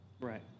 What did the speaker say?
Right